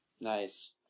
Nice